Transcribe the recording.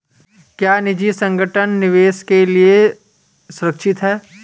क्या निजी संगठन निवेश के लिए सुरक्षित हैं?